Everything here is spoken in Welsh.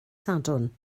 sadwrn